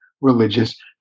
religious